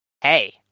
hey